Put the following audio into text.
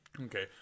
Okay